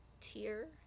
tier